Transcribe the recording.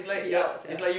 be out sia